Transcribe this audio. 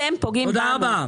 אתם פוגעים בנו,